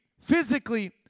physically